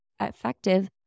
effective